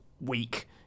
weak